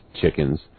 chickens